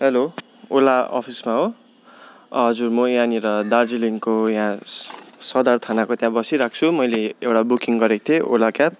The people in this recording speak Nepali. हेलो ओला अफिसमा हो हजुर मो यहाँनिर दार्जिलिङको यहाँ सदर थानाको त्यहाँ बसिराहेको मैले एउटा बुकिङ गरेको थिएँ ओला क्याब